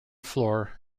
floor